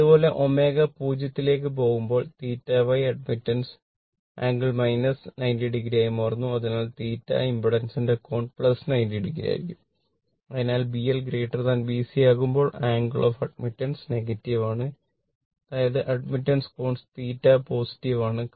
അതുപോലെ ω 0 യിലേക്ക് പോകുമ്പോൾ θ Y അഡ്മിറ്റാൻസ് നെഗറ്റീവ് ആണ് അതായത് അഡ്മിറ്റൻസ് കോൺ θ പോസിറ്റീവ് ആണ്